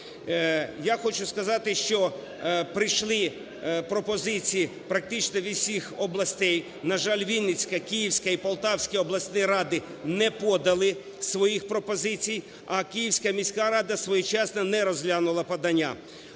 Я хочу сказати, що прийшли пропозиції практично від всіх областей. На жаль, Вінницька, Київська і Полтавські обласні ради не подали своїх пропозицій, а Київська міська рада своєчасно не розглянула подання.